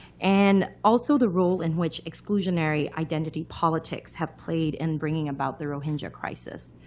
and also the role in which exclusionary identity politics have played in bringing about the rohingya crisis.